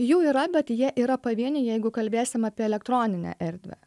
jų yra bet jie yra pavieniai jeigu kalbėsim apie elektroninę erdvę